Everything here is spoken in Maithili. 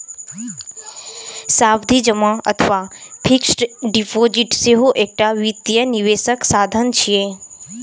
सावधि जमा अथवा फिक्स्ड डिपोजिट सेहो एकटा वित्तीय निवेशक साधन छियै